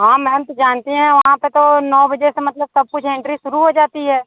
हाँ मैम तो जानती हैं वहाँ पर तो नौ बजे से मतलब सब कुछ एंट्री शुरू हो जाती है